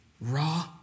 Raw